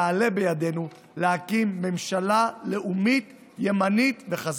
יעלה בידנו להקים ממשלה לאומית ימנית וחזקה.